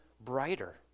brighter